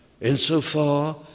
insofar